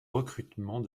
recrutement